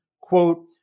Quote